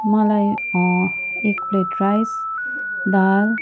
मलाई एक plate rice दाल